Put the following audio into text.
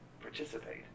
participate